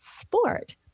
sport